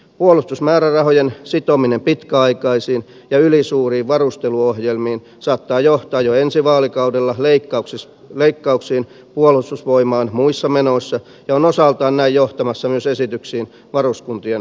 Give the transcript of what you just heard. puolustusmäärärahojen sitominen pitkäaikaisiin ja ylisuuriin varusteluohjelmiin saattaa johtaa jo ensi vaalikaudella leikkauksiin puolustusvoimain muissa menoissa ja on osaltaan näin johtamassa myös esityksiin varuskuntien lopettamisista